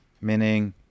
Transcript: Meaning